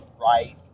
right